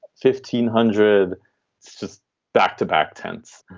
fifteen hundred. it's just back to back tents.